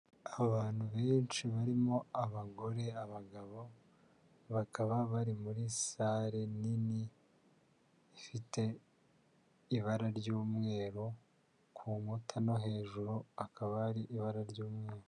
Abantu benshi barimo abagore abagabo, bakaba bari muri sale nini ifite ibara ry'umweru, ku nkuta no hejuru hakaba hari ibara ryumweru.